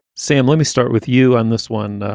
sam, let me start with you on this one